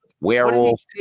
werewolf